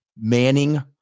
manning